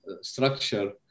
structure